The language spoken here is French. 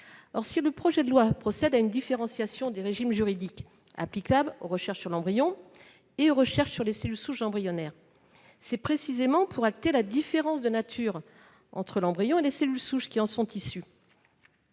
Or si le projet de loi procède à une différenciation des régimes juridiques applicables aux recherches sur l'embryon et à celles qui portent sur les cellules souches embryonnaires, c'est précisément pour acter la différence de nature entre l'embryon et les cellules souches qui en sont issues.